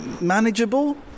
manageable